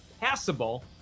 passable